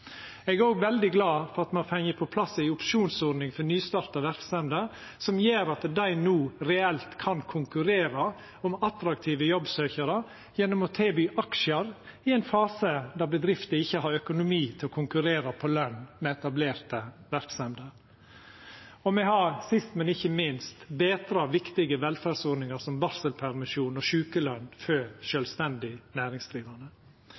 Eg er òg veldig glad for at me har fått på plass ei opsjonsordning for nystarta verksemder som gjer at dei no reelt kan konkurrera om attraktive jobbsøkjarar gjennom å tilby aksjar i ein fase der bedrifter ikkje har økonomi til å konkurrera på løn med etablerte verksemder. Og me har sist, men ikkje minst betra viktige velferdsordningar, som barselpermisjon og sjukeløn for sjølvstendig næringsdrivande.